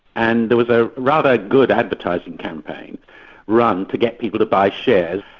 and there was a rather good advertising campaign run to get people to buy shares,